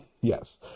Yes